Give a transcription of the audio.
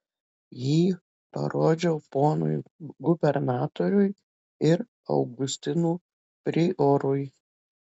jį parodžiau ponui gubernatoriui ir augustinų priorui